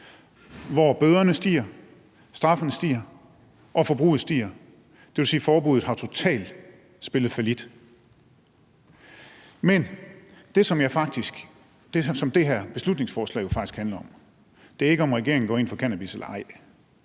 hvor bøderne stiger, straffene stiger og forbruget stiger. Det vil sige, at forbuddet har spillet totalt fallit. Men det, som det her beslutningsforslag jo faktisk handler om, er ikke, om regeringen går ind for cannabis eller ej,